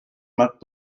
marc